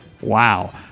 Wow